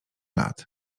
lat